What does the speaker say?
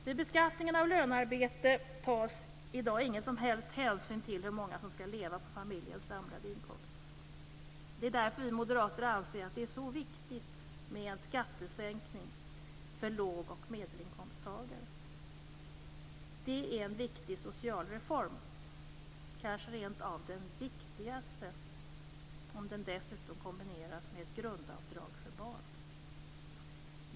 Vid beskattningen av lönearbete tas i dag ingen som helst hänsyn till hur många som skall leva på familjens samlade inkomst. Det är därför vi moderater anser att det är så viktigt med en skattesänkning för låg och medelinkomsttagare. Det är en viktig socialreform, kanske rent av den viktigaste, om den dessutom kombineras med ett grundavdrag för barn.